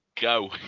Go